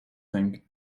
thing